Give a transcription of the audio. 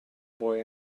boy